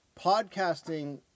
Podcasting